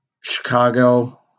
Chicago